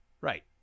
Right